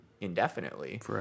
indefinitely